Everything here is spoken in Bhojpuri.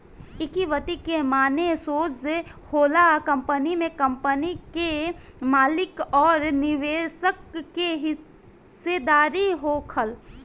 इक्विटी के माने सोज होला कंपनी में कंपनी के मालिक अउर निवेशक के हिस्सेदारी होखल